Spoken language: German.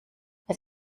als